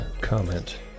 comment